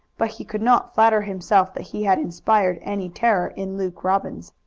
but he could not flatter himself that he had inspired any terror in luke robbins.